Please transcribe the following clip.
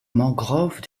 mangroves